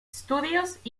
studios